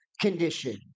condition